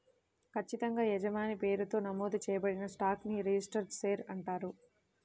ఖచ్చితంగా యజమాని పేరుతో నమోదు చేయబడిన స్టాక్ ని రిజిస్టర్డ్ షేర్ అంటారు